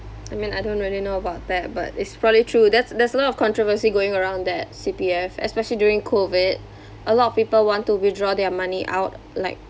I mean I don't really know about that but it's probably true that's there's a lot of controversy going around that C_P_F especially during COVID a lot of people want to withdraw their money out like